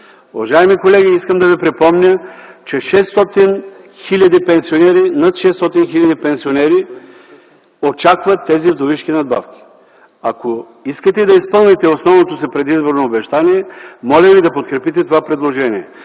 Уважаеми колеги, искам да ви припомня, че над 600 хиляди пенсионери очакват тези вдовишки надбавки. Ако искате да изпълните основното си предизборно обещание, моля ви да подкрепите това предложение.